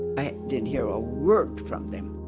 i didn't hear a word from them.